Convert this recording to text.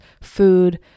food